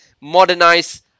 modernize